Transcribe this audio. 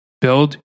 Build